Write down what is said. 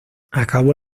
acabó